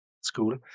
school